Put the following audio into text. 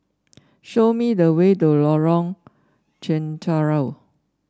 show me the way to Lorong Chencharu